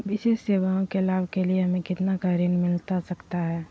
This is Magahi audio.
विशेष सेवाओं के लाभ के लिए हमें कितना का ऋण मिलता सकता है?